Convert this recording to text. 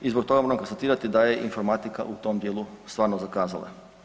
I zbog toga moram konstatirati da je informatika u tom dijelu stvarno zakazala.